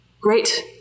Great